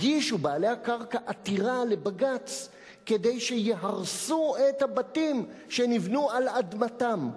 הגישו בעלי הקרקע עתירה לבג"ץ כדי שיהרסו את הבתים שנבנו על אדמתם.